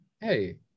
Hey